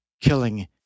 killing